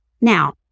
Now